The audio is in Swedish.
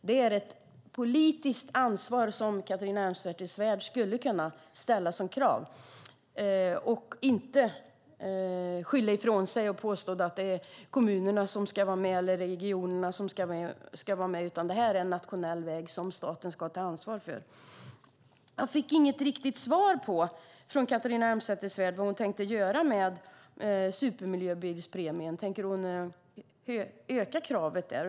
Det är ett politiskt ansvar som Catharina Elmsäter-Svärd borde ta, och hon borde ställa detta som krav i stället för att skylla ifrån sig och påstå att det är kommunerna eller regionerna som ska vara med. Det här är en nationell väg som staten ska ta ansvar för. Jag fick inget riktigt svar från Catharina Elmsäter-Svärd om vad hon tänker göra med supermiljöbilspremien. Tänker hon öka kravet?